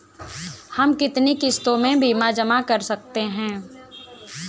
हम कितनी किश्तों में बीमा जमा कर सकते हैं?